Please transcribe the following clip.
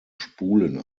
spulen